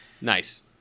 nice